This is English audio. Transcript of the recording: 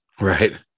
right